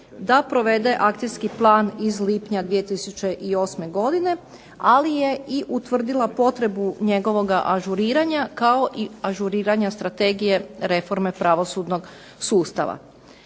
da provede akcijski plan iz lipnja 2008. godine, ali je i utvrdila potrebu njegovoga ažuriranja, kao i ažuriranja strategije reforme pravosudnog sustava.